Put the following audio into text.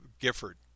Gifford